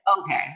Okay